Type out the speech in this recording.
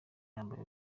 yambaye